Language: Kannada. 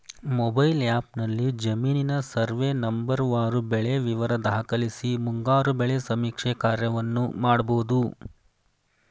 ಮೊಬೈಲ್ ಆ್ಯಪ್ನಲ್ಲಿ ಜಮೀನಿನ ಸರ್ವೇ ನಂಬರ್ವಾರು ಬೆಳೆ ವಿವರ ದಾಖಲಿಸಿ ಮುಂಗಾರು ಬೆಳೆ ಸಮೀಕ್ಷೆ ಕಾರ್ಯವನ್ನು ಮಾಡ್ಬೋದು